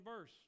verse